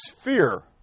fear